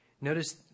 Notice